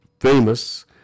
famous